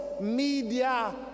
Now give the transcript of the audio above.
media